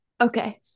okay